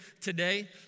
today